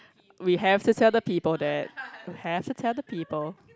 we have to tell the people that we have to tell the people